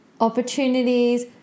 opportunities